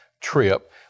trip